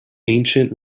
ancient